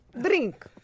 Drink